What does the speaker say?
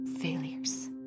failures